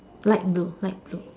light blue light blue